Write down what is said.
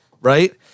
right